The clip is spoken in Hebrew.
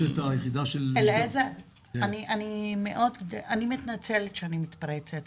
אני מתנצלת שאני מתפרצת,